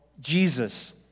Jesus